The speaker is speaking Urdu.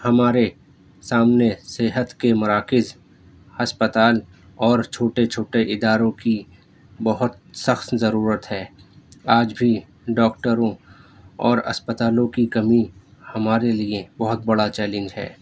ہمارے سامنے صحت کے مراکز ہسپتال اور چھوٹے چھوٹے اداروں کی بہت سخت ضرورت ہے آج بھی ڈاکٹروں اور اسپتالوں کی کمی ہمارے لیے بہت بڑا چیلنج ہے